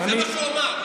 זה מה שהוא אומר.